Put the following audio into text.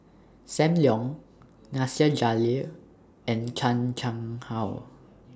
SAM Leong Nasir Jalil and Chan Chang How